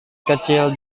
kecil